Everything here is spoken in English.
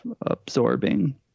absorbing